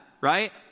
right